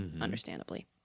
understandably